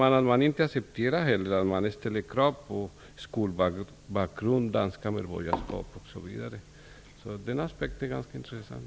Man accepterar inte att arbetsgivaren ställer krav på skolbakgrund, danskt medborgarskap osv. Den aspekten är ganska intressant.